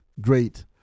great